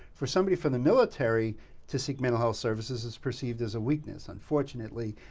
for somebody from the military to seek mental health services is perceived as a weakness, unfortunately.